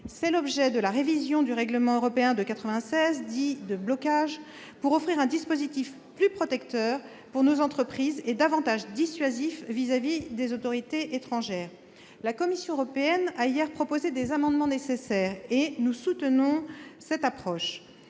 C'est l'objet de la révision du règlement européen de 1996 dit « de blocage », qui vise à offrir un dispositif plus protecteur pour nos entreprises et plus dissuasif à l'égard des autorités étrangères. La Commission européenne a proposé hier des amendements nécessaires. Nous soutenons cette approche.